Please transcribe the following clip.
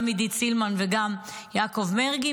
גם עידית סילמן וגם יעקב מרגי,